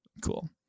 Cool